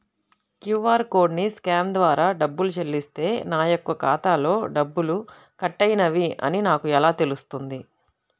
QR కోడ్ని scan ద్వారా డబ్బులు చెల్లిస్తే నా యొక్క ఖాతాలో డబ్బులు కట్ అయినవి అని నాకు ఎలా తెలుస్తుంది?